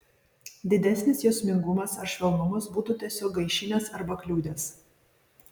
didesnis jausmingumas ar švelnumas būtų tiesiog gaišinęs arba kliudęs